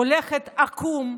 הולכת עקום,